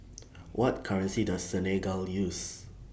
What currency Does Senegal use